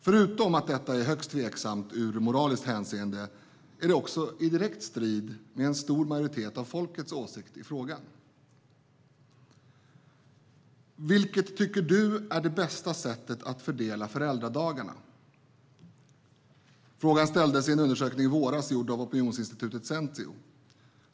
Förutom att detta är högst tveksamt ur moraliskt hänseende står det också i direkt strid med en stor majoritet av folket och deras åsikt i frågan. Vilket tycker du är det bästa sättet att fördela föräldradagarna? Den frågan ställde opinionsinstitutet Sentio i en undersökning i våras.